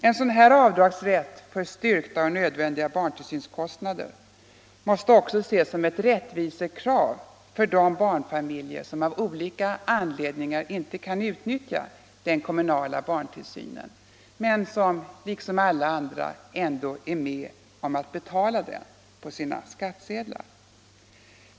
En sådan avdragsrätt för styrkta och nödvändiga barntillsynskostnader måste också ses som ett rättvisekrav för de barnfamiljer som av olika anledningar inte kan utnyttja den kommunala barntillsynsverksamhet som de ändå — liksom alla andra — är med om att betala på sina skattsedlar.